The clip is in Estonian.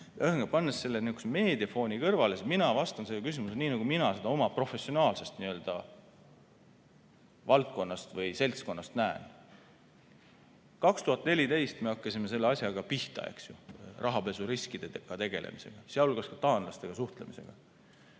Ühesõnaga, pannes selle sihukese meediafooni kõrvale, siis mina vastan sellele küsimusele nii, nagu mina seda oma professionaalsest valdkonnast või seltskonnast näen. 2014 me hakkasime selle asjaga pihta, rahapesuriskidega tegelemisega, sh taanlastega suhtlemisega.